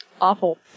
awful